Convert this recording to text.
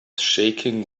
shaking